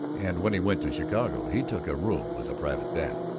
and when he went to chicago he took a room with a private bath.